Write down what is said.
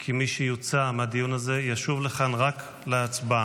כי מי שיוצא מהדיון הזה ישוב לכאן רק להצבעה.